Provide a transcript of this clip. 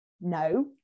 No